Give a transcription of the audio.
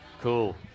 Cool